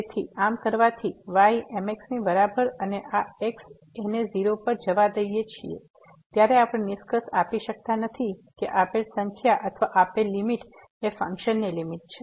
તેથી આમ કરવાથી y mx ની બરાબર છે અને આ x ને 0 પર જવા દઈએ છીએ ત્યારે આપણે નિષ્કર્ષ આપી શકતા નથી કે આપેલ સંખ્યા અથવા આપેલ લીમીટ એ ફંક્શનની લીમીટ છે